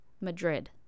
Madrid